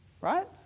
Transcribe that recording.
Right